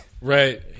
Right